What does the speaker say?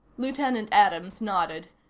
lieutenant adams nodded.